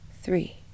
three